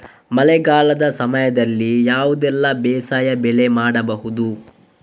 ಮಳೆಗಾಲದ ಸಮಯದಲ್ಲಿ ಯಾವುದೆಲ್ಲ ಬೇಸಾಯ ಬೆಳೆ ಮಾಡಬಹುದು?